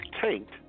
tanked